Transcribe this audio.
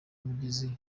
mugezi